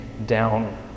down